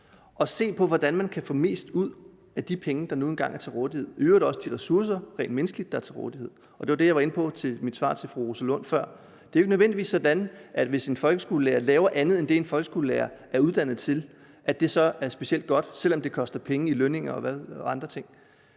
og se på, hvordan man kan få mest ud af de penge, der nu engang er til rådighed og øvrigt også de rent menneskelige ressourcer, der er til rådighed. Det var det, jeg var inde på i mit svar til fru Rosa Lund før. Det er jo ikke nødvendigvis sådan, at det er specielt godt, hvis en folkeskolelærer laver andet end det, en folkeskolelærer er uddannet til, selv om det koster penge i lønninger og andre ting.